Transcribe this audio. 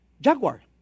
Jaguar